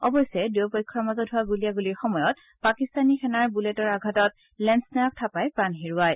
অৱশ্যে দুয়ো পক্ষৰ মাজত হোৱা গুলীয়াগুলীৰ সময়ত পাকিস্তানী সেনাৰ বুলেটৰ আঘাতত লেপ নায়ক থাপাই প্ৰাণ হেৰুৱায়